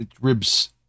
Ribs